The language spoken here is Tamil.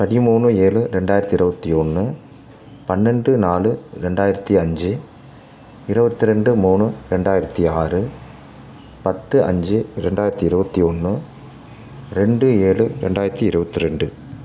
பதிமூணு ஏழு ரெண்டாயிரத்தி இருபத்தி ஒன்று பன்னெண்டு நாலு ரெண்டாயிரத்தி அஞ்சு இருபத்திரெண்டு மூணு ரெண்டாயிரத்தி ஆறு பத்து அஞ்சு இரண்டாயிரத்தி இருபத்தி ஒன்று ரெண்டு ஏழு ரெண்டாயிரத்தி இருபத்தி ரெண்டு